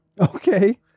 Okay